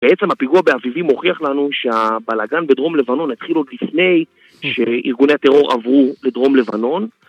בעצם הפיגוע באביבים הוכיח לנו שהבלאגן בדרום לבנון התחיל עוד לפני שארגוני הטרור עברו לדרום לבנון